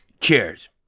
Cheers